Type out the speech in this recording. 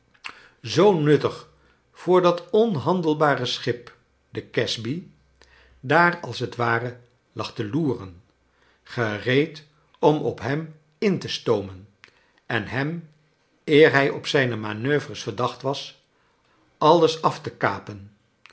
zoo nuttig voor dat onhandelbare schip de casby daar als t ware lag te loeren gereed om op hem in te stoomen en hem eer hij op zijne manoeuvres verdacht was alles af te kapen